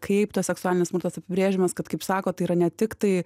kaip tas seksualinis smurtas apibrėžiamas kad kaip sako tai yra ne tik tai